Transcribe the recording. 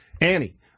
Annie